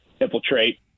infiltrate